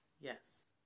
yes